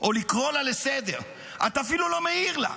לקרוא אותה לסדר, אתה אפילו לא מעיר לה.